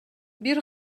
бир